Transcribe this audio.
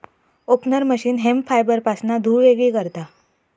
opener machine hemp फायबरपासना धुळ वेगळी करता